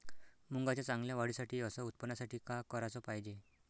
मुंगाच्या चांगल्या वाढीसाठी अस उत्पन्नासाठी का कराच पायजे?